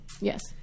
Yes